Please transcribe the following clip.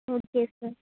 okay sir